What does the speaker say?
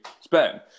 spend